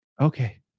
okay